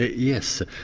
yes.